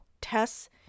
tests